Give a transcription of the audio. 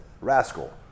rascal